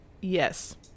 Yes